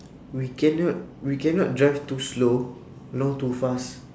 we cannot we cannot drive too slow nor too fast